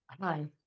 Hi